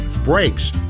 brakes